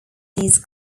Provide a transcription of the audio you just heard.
these